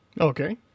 okay